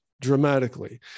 dramatically